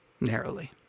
narrowly